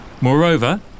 Moreover